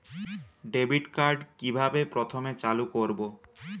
Debit card কিভাবে প্রথমে চালু করব?